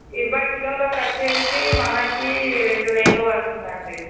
ఇరవై కిలోలకి వచ్చి మనకి రెండు వేలు పడుతుందండి